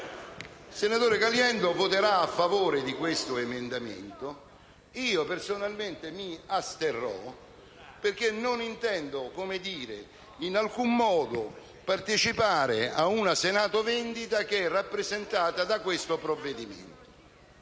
il senatore Caliendo voterà a favore dell'emendamento 1.321, mentre io personalmente mi asterrò, perché non intendo in alcun modo partecipare ad una Senato-vendita che è rappresentata da questo provvedimento.